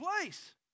place